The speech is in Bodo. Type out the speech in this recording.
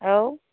औ